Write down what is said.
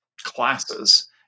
classes